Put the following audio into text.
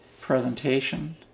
presentation